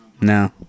No